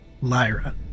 Lyra